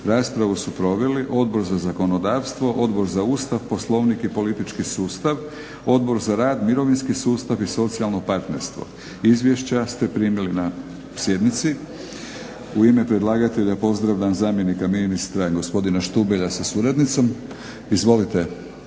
Raspravu su proveli Odbor za zakonodavstvo, Odbor za Ustav, poslovnik i politički sustav, Odbor za rad, mirovinski sustav i socijalno partnerstvo. Izvješća ste primili na sjednici. U ime predlagatelja pozdravljam zamjenika ministra gospodina Štubelja sa suradnicom. Izvolite